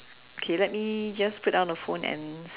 okay let me just put down the phone and